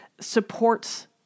supports